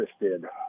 interested